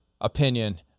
opinion